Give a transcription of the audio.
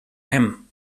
him